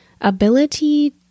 ability